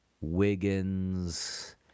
Wiggins